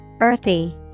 Earthy